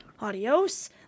Adios